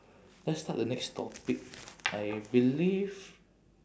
let's start the next topic I believe